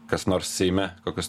kas nors seime kokios